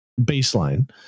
Baseline